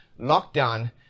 lockdown